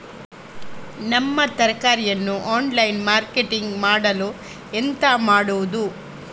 ನಮ್ಮ ತರಕಾರಿಯನ್ನು online marketing ಮಾಡಲು ಎಂತ ಮಾಡುದು?